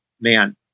man